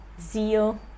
zeal